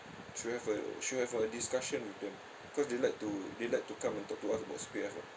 should have a should have a discussion with them cause they like to they like to come and talk to us about C_P_F ah